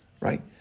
Right